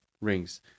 rings